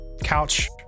couch